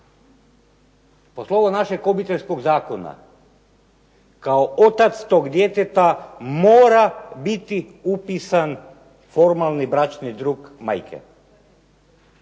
Po slovu našeg obiteljskog zakona kao otac tog djeteta mora biti upisan formalni bračni drug majke.